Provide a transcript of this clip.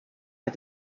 are